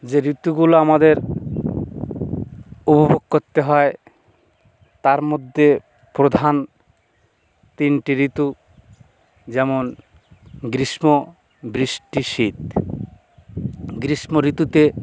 যে ঋতুগুলো আমাদের উপভোগ করতে হয় তার মধ্যে প্রধান তিনটি ঋতু যেমন গ্রীষ্ম বৃষ্টি শীত গ্রীষ্ম ঋতুতে